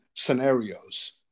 scenarios